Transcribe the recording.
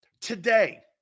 Today